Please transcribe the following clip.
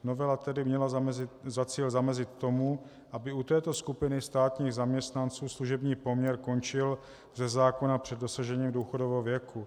Novela tedy měla za cíl zamezit tomu, aby u této skupiny státních zaměstnanců služební poměr končil ze zákona před dosažením důchodového věku.